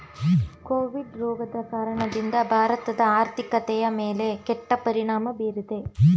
Covid ರೋಗದ ಕಾರಣದಿಂದ ಭಾರತದ ಆರ್ಥಿಕತೆಯ ಮೇಲೆ ಕೆಟ್ಟ ಪರಿಣಾಮ ಬೀರಿದೆ